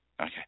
Okay